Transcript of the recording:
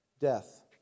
death